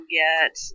get